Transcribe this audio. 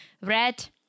Red